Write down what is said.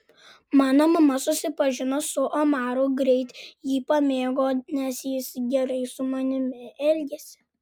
mano mama susipažinusi su omaru greit jį pamėgo nes jis gerai su manimi elgėsi